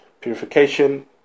purification